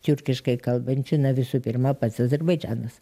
tiurkiškai kalbančių na visų pirma pats azerbaidžanas